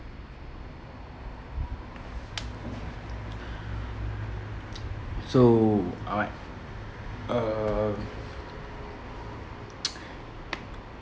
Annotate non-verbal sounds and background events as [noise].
so ahmad uh [noise]